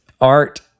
art